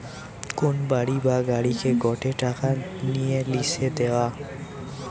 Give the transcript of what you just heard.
কোন বাড়ি বা গাড়িকে গটে টাকা নিয়ে লিসে দেওয়া